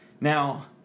Now